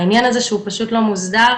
העניין הזה שהוא פשוט לא מוסדר,